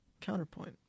Counterpoint